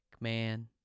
man